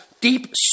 deep